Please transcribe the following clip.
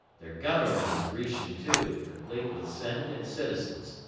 their government is grecian too, complete with senate and citizens.